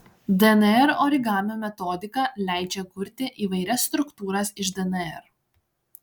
dnr origamio metodika leidžia kurti įvairias struktūras iš dnr